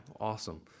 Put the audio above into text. awesome